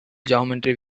geometry